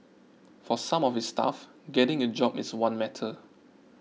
for some of his staff getting a job is one matter